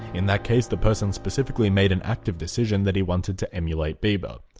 in that case the person specifically made an active decision that he wanted to emulate bieber.